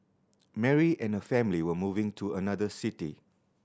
Mary and her family were moving to another city